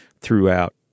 throughout